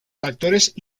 factores